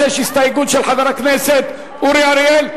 26, הסתייגות של חבר הכנסת אורי אריאל.